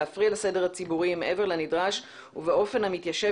להפריע לסדר הציבורי מעבר לנדרש ובאופן המתיישב